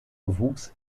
wuchs